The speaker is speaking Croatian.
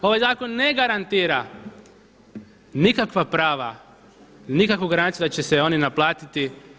Ovaj zakon ne garantira nikakva prava, nikakvu garanciju da će se oni naplatiti.